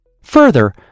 Further